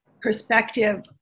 perspective